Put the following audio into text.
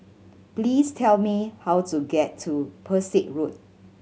please tell me how to get to Pesek Road